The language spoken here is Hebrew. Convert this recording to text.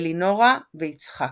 אלינורה ויצחק.